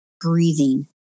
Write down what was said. breathing